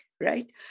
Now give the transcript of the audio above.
right